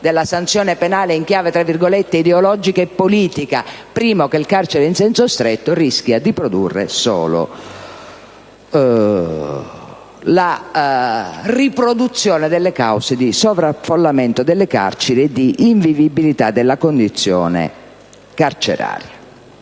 della sanzione penale intesa in chiave ideologica e politica prima che di carcerazione in senso stretto rischia di portare solo alla riproduzione delle cause di sovraffollamento delle carceri e di invivibilità della condizione carceraria.